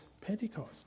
Pentecost